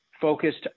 focused